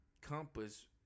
Compass